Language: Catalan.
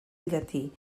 llatí